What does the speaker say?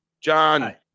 john